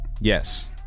Yes